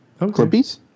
Clippies